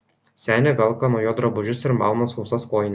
senė velka nuo jo drabužius ir mauna sausas kojines